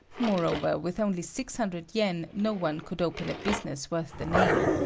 moreover with only six hundred yen no one could open a business worth the name.